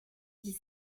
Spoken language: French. dix